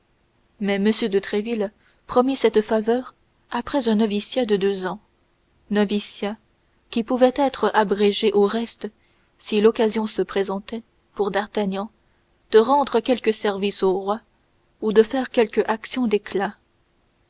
mais m de tréville promit cette faveur après un noviciat de deux ans noviciat qui pouvait être abrégé au reste si l'occasion se présentait pour d'artagnan de rendre quelque service au roi ou de faire quelque action d'éclat